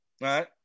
right